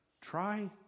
Try